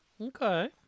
Okay